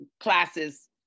classes